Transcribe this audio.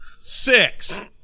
six